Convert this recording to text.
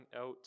out